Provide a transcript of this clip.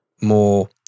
more